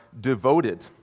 devoted